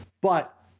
But-